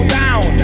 down